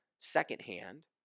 secondhand